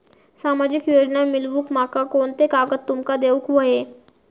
सामाजिक योजना मिलवूक माका कोनते कागद तुमका देऊक व्हये?